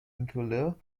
incolore